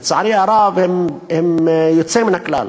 לצערי הרב, זה יוצא מן הכלל.